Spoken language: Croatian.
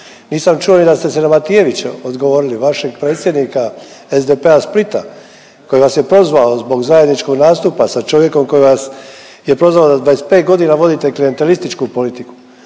Nisam čuo ni da ste se na Matijevića odgovorili, vašeg predsjednika SDP-a Splita koji vas je prozvao zbog zajedničkog nastupa sa čovjekom koji vas je prozvao da 25.g vodite klijentelističku politiku,